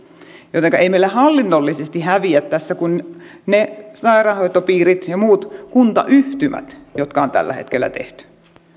jotenka eivät meillä hallinnollisesti häviä tässä muut kuin ne sairaanhoitopiirit ja muut kuntayhtymät jotka on tällä hetkellä tehty